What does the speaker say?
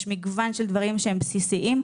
יש מגוון של דברים שהם בסיסיים.